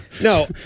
No